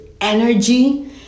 energy